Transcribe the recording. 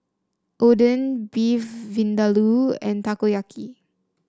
Oden Beef Vindaloo and Takoyaki